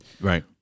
Right